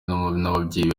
n’ababyeyi